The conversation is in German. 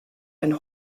ein